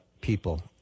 people